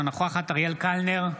אינה נוכחת אריאל קלנר,